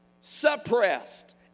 suppressed